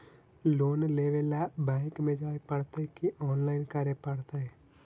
Loan लेवे ल bank में जाय पड़तै कि औनलाइन करे पड़तै?